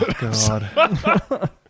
God